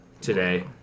today